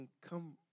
come